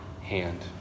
hand